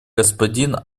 господин